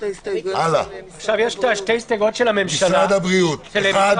יש שתי הסתייגויות של משרד הבריאות.